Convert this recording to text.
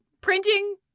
printing